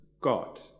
God